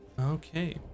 Okay